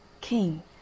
King